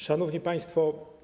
Szanowni Państwo!